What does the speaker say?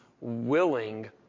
willing